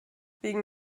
wegen